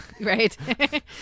Right